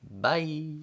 Bye